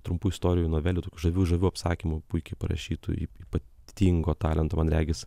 trumpų istorijų novelių tokių žavių žavių apsakymų puikiai parašytų ypatingo talento man regis